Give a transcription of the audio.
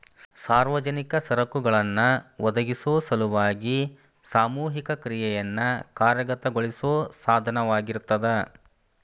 ಸಾರ್ವಜನಿಕ ಸರಕುಗಳನ್ನ ಒದಗಿಸೊ ಸಲುವಾಗಿ ಸಾಮೂಹಿಕ ಕ್ರಿಯೆಯನ್ನ ಕಾರ್ಯಗತಗೊಳಿಸೋ ಸಾಧನವಾಗಿರ್ತದ